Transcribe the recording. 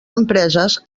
empreses